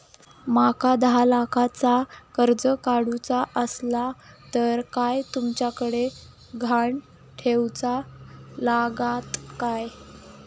माका दहा लाखाचा कर्ज काढूचा असला तर काय तुमच्याकडे ग्हाण ठेवूचा लागात काय?